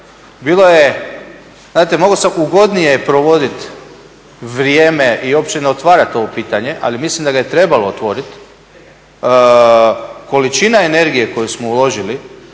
Bilo je, znate mogao sam ugodnije provoditi vrijeme i uopće ne otvarati ovo pitanje ali mislim da ga je trebalo otvoriti. Količina energije koju smo uložili,